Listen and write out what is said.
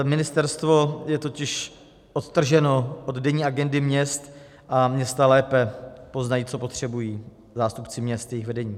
Ministerstvo je totiž odtrženo od denní agendy měst a města lépe poznají, co potřebují, zástupci měst, jejich vedení.